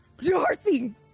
Darcy